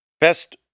best